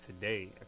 today